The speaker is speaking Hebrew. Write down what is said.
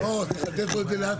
וחיכינו לראות אם יש הסכמה.